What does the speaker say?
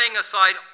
aside